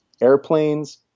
airplanes